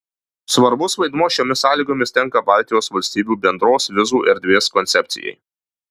svarbus vaidmuo šiomis sąlygomis tenka baltijos valstybių bendros vizų erdvės koncepcijai